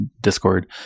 Discord